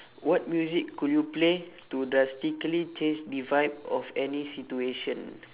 what music could you play to drastically change the vibe of any situation